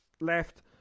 left